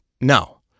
no